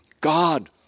God